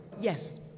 yes